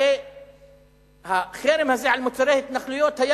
הרי החרם הזה על מוצרי התנחלויות היה